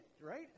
Right